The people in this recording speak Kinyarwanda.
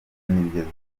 n’ibigezweho